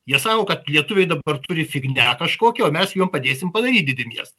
jie sako kad lietuviai dabar turi fignia kažkokią o mes jiem padėsim padaryt didį miestą